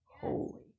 holy